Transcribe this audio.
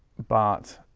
but,